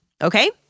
Okay